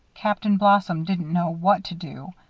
captain blossom didn't know what to do.